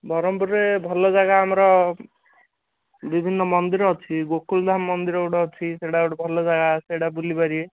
ବ୍ରହ୍ମପୁରରେ ଭଲ ଜାଗା ଆମର ବିଭିନ୍ନ ମନ୍ଦିର ଅଛି ଗୋକୁଳ ଧାମ ମନ୍ଦିର ଗୋଟେ ଅଛି ସେଇଟା ଗୋଟେ ଭଲ ଜାଗା ସେଇଟା ବୁଲି ପାରିବେ